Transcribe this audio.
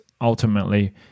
ultimately